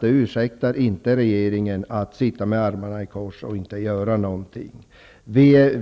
det ursäktar inte att regeringen sitter med armarna i kors och inte gör någonting.